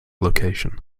location